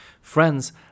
Friends